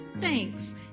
thanks